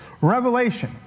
revelation